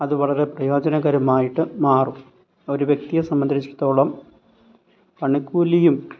അത് വളരെ പ്രയോജനകരമായിട്ട് മാറും ഒരു വ്യക്തിയെ സംബന്ധിച്ചിടത്തോളം പണിക്കൂലിയും